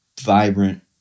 vibrant